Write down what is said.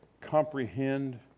comprehend